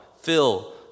fill